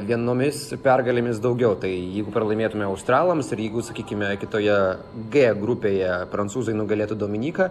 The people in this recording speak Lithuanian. vienomis pergalėmis daugiau tai jeigu pralaimėtume australams ir jeigu sakykime kitoje g grupėje prancūzai nugalėtų dominiką